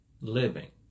living